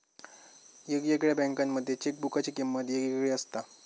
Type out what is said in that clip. येगयेगळ्या बँकांमध्ये चेकबुकाची किमंत येगयेगळी असता